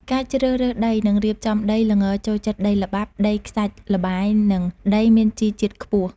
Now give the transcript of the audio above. ការជ្រើសរើសដី និងរៀបចំដី ល្ងចូលចិត្តដីល្បាប់ ដីខ្សាច់ល្បាយ និងដីមានជីជាតិខ្ពស់។